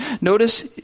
Notice